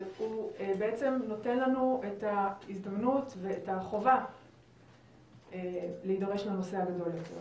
הוא בעצם נותן לנו את ההזדמנות ואת החובה להידרש לנושא הגדול יותר.